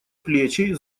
плечи